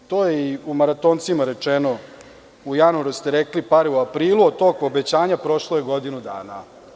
To je i u „Maratoncima“ rečeno, u januaru ste rekli, pare u aprilu, od tog obećanja prošlo je godinu dana.